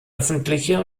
öffentliche